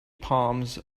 palms